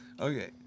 Okay